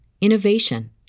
innovation